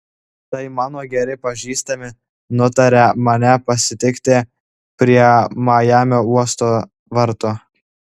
tai mano geri pažįstami nutarė mane pasitikti prie majamio uosto vartų